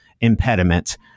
impediment